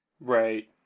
right